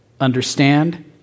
understand